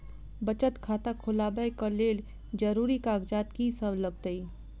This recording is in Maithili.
बचत खाता खोलाबै कऽ लेल जरूरी कागजात की सब लगतइ?